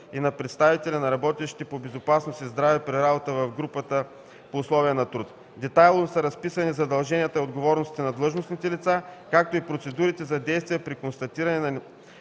и на представителя на работещите по безопасност и здраве при работа в групата по условия на труд. Детайлно са разписани задълженията и отговорностите на длъжностните лица, както и процедурите за действие при констатиране на